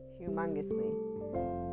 humongously